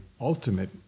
ultimate